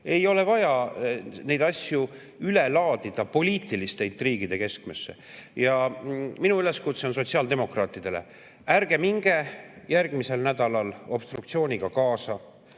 Ei ole vaja neid asju üle laadida poliitiliste intriigide keskmesse. Minu üleskutse on sotsiaaldemokraatidele: ärge minge järgmisel nädalal obstruktsiooniga kaasa,